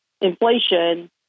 inflation